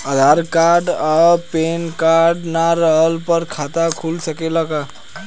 आधार card आ PAN card ना रहला पर खाता खुल सकेला का?